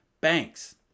banks